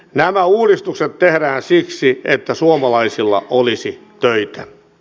nämä uudistukset tehdään siksi että suomalaisilla olisi töitä